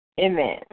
Amen